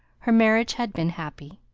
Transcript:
her marriage had been happy.